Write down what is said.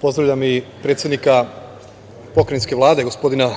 pozdravljam i predsednika pokrajinske Vlade, gospodina